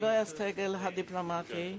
חברי הסגל הדיפלומטי,